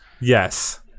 yes